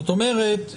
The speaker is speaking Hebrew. זאת אומרת,